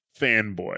fanboy